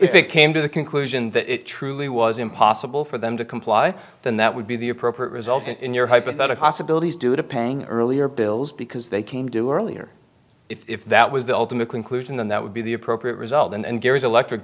it came to the conclusion that it truly was impossible for them to comply then that would be the appropriate result in your hypothetical possibility is due to paying earlier bills because they came do earlier if that was the ultimate conclusion then that would be the appropriate result and gary's elect